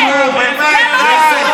עצמאית,